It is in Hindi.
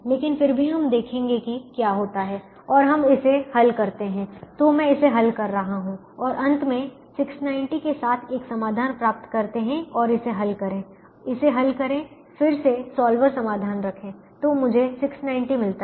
लेकिन फिर भी हम देखेंगे कि क्या होता है और हम इसे हल करते हैं तो मैं इसे हल कर रहा हूं और अंत में 690 के साथ एक समाधान प्राप्त करते हैं और इसे हल करें इसे हल करें फिर से सॉल्वर समाधान रखें तो मुझे 690 मिलता है